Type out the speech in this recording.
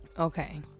Okay